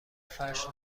فرش